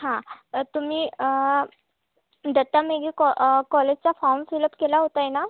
हा तुम्ही दत्ता मेघे कॉ कॉलेजचा फॉर्म फिल अप केला होताय ना